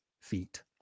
feet